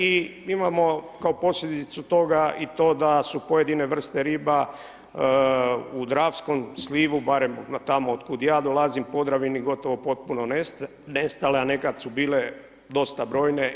I imamo kao posljedicu toga i to da su pojedine vrste riba u Dravskom slivu, barem tamo od kuda ja dolazim Podravini gotovo potpuno nestale, a nekad su bile dosta brojne.